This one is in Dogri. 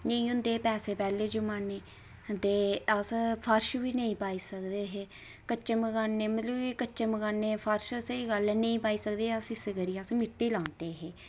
नेईं होंदे हे पैसे पैह्ले जमानै ई ते अस फर्श बी नेईं पाई सकदे हे कच्चे मकानै ई मतलब कि कच्चे मकानै ई फर्श नेईं पाई सकदे अस इस करियै मिट्टी लांदे हे